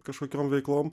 kažkokiom veiklom